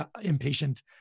impatient